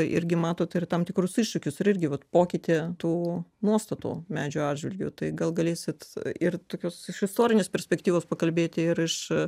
irgi matot ir tam tikrus iššūkius ir irgi vat pokytį tų nuostatų medžių atžvilgiu tai gal galėsit ir tokios iš istorinės perspektyvos pakalbėti ir iš